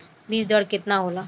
बीज दर केतना होला?